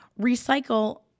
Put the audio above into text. recycle